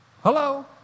Hello